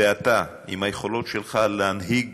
ואתה, עם היכולות שלך, להנהיג